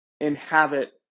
inhabit